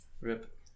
Rip